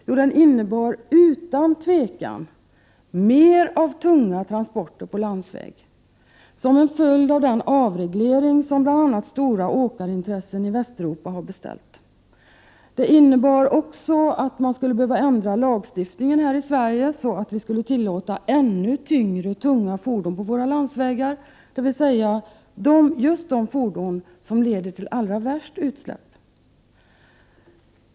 Jo, den innebär utan tvivel mer av tunga transporter på landsväg, som en följd av den avreglering som bl.a. stora åkarintressen i Västeuropa har beställt. Den innebär också att man skulle behöva ändra lagstiftningen här i Sverige för att tillåta ännu tyngre transportfordon på våra landsvägar, dvs. just sådana fordon som svarar för de allra värsta utsläppen.